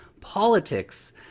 politics